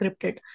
encrypted